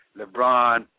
LeBron